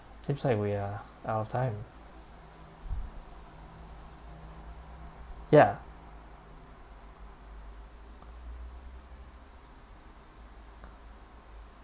seems like we are out of time ya